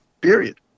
period